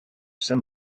saint